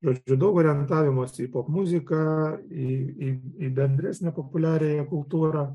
žodžiu daug orientavimosi į popmuziką į į bendresnę populiariąją kultūrą